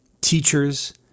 teachers